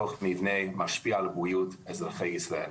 התוך מבני, משפיע על הבריאות של אזרחי ישראל.